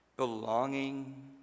Belonging